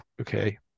okay